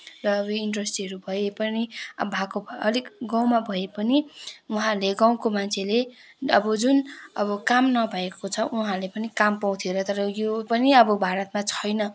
र अब इन्डस्ट्रीहरू भए पनि अब भएको अलिक गाउँमा भए पनि उहाँहरूले गाउँको मान्छेले अब जुन अब काम नभएको छ उहाँले पनि काम पाउँथे होला तर यो पनि अब भारतमा छैन